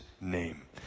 name